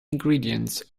ingredients